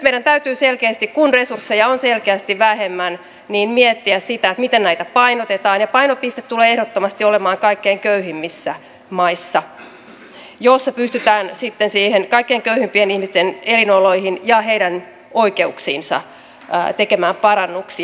meidän täytyy myöskin nyt selkeästi kun resursseja on selkeästi vähemmän miettiä sitä miten näitä painotetaan ja painopiste tulee ehdottomasti olemaan kaikkein köyhimmissä maissa joissa pystytään sitten niihin kaikkein köyhimpien ihmisten elinoloihin ja heidän oikeuksiinsa tekemään parannuksia